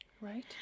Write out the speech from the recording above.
right